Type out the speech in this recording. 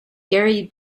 gary